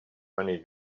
funny